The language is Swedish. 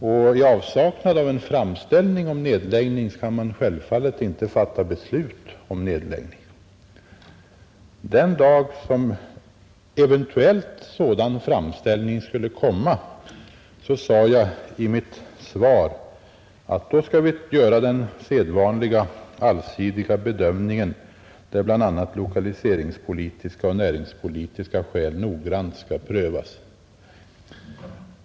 I avsaknad av en framställning om nedläggning kan man självfallet inte fatta beslut om nedläggning. I mitt svar sade jag att den dag då eventuellt sådan framställning kommer, skall vi göra den sedvanliga allsidiga bedömningen, där bl.a. lokaliseringspolitiska och näringspolitiska skäl noggrant skall prövas.